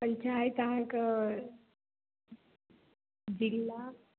पंचायत अहाँके जिला